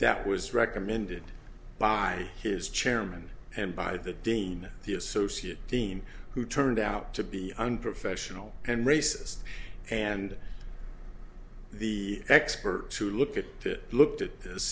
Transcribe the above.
that was recommended by his chairman and by the day in the associate dean who turned out to be unprofessional and racist and the expert to look at that looked at